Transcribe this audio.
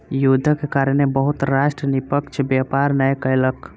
युद्धक कारणेँ बहुत राष्ट्र निष्पक्ष व्यापार नै कयलक